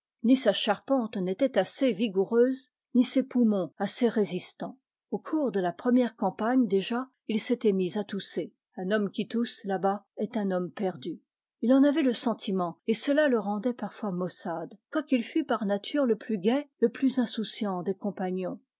ni sa charpente n'était assez vigoureuse ni ses poumons assez résistants au cours de la première campagne déjà il s'était mis à tousser un homme qui tousse là-bas est un homme perdu il en avait le sentiment et cela le rendait parfois maussade quoiqu'il fût par nature le plus gai le plus insouciant des compagnons